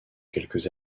quelques